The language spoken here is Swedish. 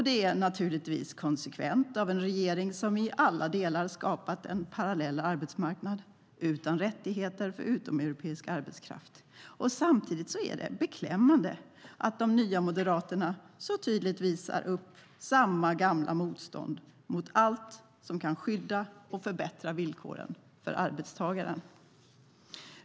Det är naturligtvis konsekvent av en regering som i alla delar skapat en parallell arbetsmarknad utan rättigheter för utomeuropeisk arbetskraft. Samtidigt är det beklämmande att de nya moderaterna så tydligt visar upp samma gamla motstånd mot allt som kan skydda och förbättra villkoren för arbetstagaren.